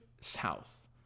south